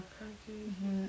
ookay ookay